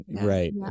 Right